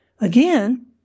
Again